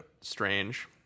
strange